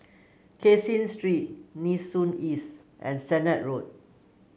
Caseen Street Nee Soon East and Sennett Road